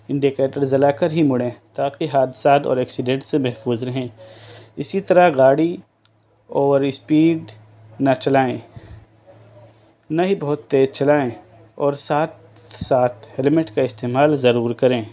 indicator جلا کر ہی مڑیں تا کہ حادثات اور ایکسیڈینٹ سے محفوظ رہیں اسی طرح گاڑی اوور اسپیڈ نہ چلائیں نہ ہی بہت تیز چلائیں اور ساتھ ساتھ ہیلمٹ کا استعمال ضرور کریں